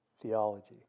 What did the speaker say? theology